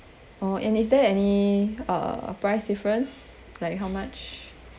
oh and is there any uh price difference like how much